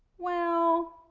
well,